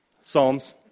Psalms